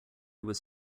was